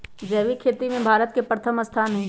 जैविक खेती में भारत के प्रथम स्थान हई